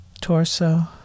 torso